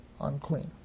unclean